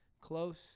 close